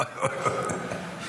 וואי, וואי, וואי.